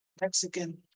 Mexican